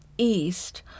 east